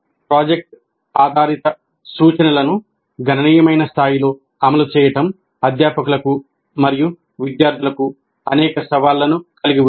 project ఆధారిత సూచనలను గణనీయమైన స్థాయిలో అమలు చేయడం అధ్యాపకులకు మరియు విద్యార్థులకు అనేక సవాళ్లను కలిగి ఉంది